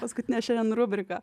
paskutinė šiandien rubrika